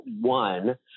one